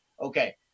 Okay